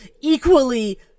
equally